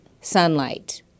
sunlight